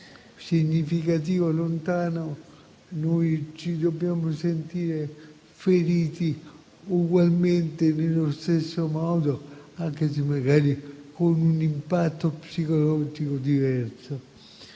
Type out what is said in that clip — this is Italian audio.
significativo lontano, noi ci dobbiamo sentire feriti nello stesso modo, anche se magari con un impatto psicologico diverso.